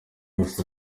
wese